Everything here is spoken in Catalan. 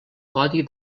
codi